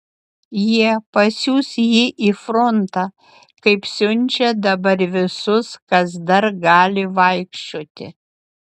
jie pasiųs jį į frontą kaip siunčia dabar visus kas dar gali vaikščioti